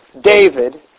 David